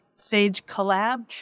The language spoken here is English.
SageCollab